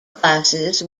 classes